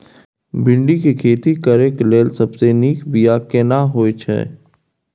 भिंडी के खेती करेक लैल सबसे नीक बिया केना होय छै?